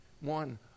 one